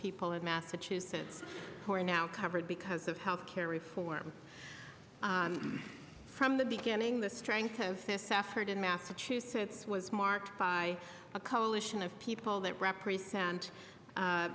people in massachusetts who are now covered because of health care reform from the beginning the strength of this effort in massachusetts was marked by a coalition of people that represent